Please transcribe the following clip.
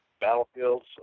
Battlefields